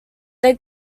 they